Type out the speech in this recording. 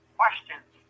questions